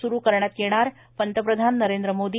स्रू करण्यात येणार पंतप्रधान नरेंद्र मोदी